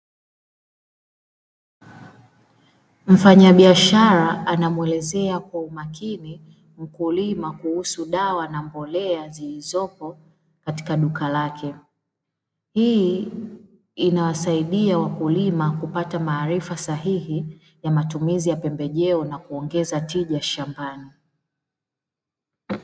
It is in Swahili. Mfanyabiashara anamwelezea kwa umakini mkulima kuhusu dawa na mbolea zilizopo katika duka lake. Hii inawasaidia wakulima kupata maarifa sahihi ya matumizi ya pembejeo na kuongeza tija shambani.